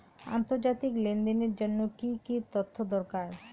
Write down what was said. আন্তর্জাতিক লেনদেনের জন্য কি কি তথ্য দরকার?